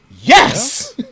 Yes